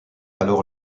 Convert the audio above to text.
alors